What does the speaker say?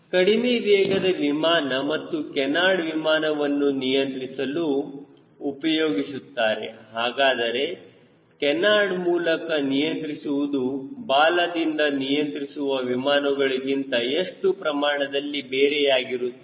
ಕಡಿಮೆ ವೇಗದ ವಿಮಾನ ಮತ್ತು ಕೇನಾರ್ಡ್ ವಿಮಾನವನ್ನು ನಿಯಂತ್ರಿಸಲು ಉಪಯೋಗಿಸುತ್ತಾರೆ ಹಾಗಾದರೆ ಕೇನಾರ್ಡ್ ಮೂಲಕ ನಿಯಂತ್ರಿಸುವುದು ಬಾಲದಿಂದ ನಿಯಂತ್ರಿಸುವ ವಿಮಾನುಗಳಿಗಿಂತ ಎಷ್ಟು ಪ್ರಮಾಣದಲ್ಲಿ ಬೇರೆಯಾಗಿರುತ್ತದೆ